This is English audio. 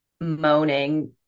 moaning